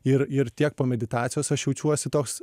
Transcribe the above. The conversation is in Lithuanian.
ir ir tiek po meditacijos aš jaučiuosi toks